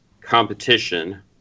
competition